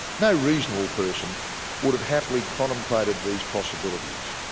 no reasonable person would have happily contemplated these possibilities.